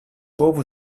povu